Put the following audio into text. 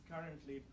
currently